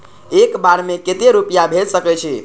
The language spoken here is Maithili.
एक बार में केते रूपया भेज सके छी?